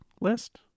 List